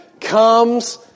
comes